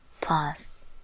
plus